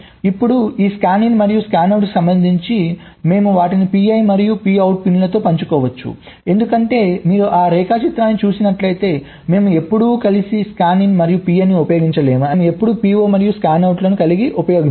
ఇప్పుడు ఈ స్కానిన్ మరియు స్కానౌట్కు సంబంధించి మేము వాటిని PI మరియు Pout పిన్లతో పంచుకోవచ్చు ఎందుకంటే మీరు ఆ రేఖాచిత్రాన్ని చూసినట్లయితే మేము ఎప్పుడూ కలిసి స్కానిన్ మరియు PI ని ఉపయోగించలేమని మీరు చూడవచ్చు లేదా మేము ఎప్పుడూ PO మరియు స్కానౌట్లను కలిసి ఉపయోగించము